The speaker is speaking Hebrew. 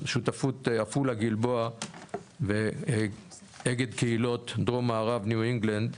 השותפות עפולה-גלבוע ואגד קהילות דרום מערב ניו-אינגלנד.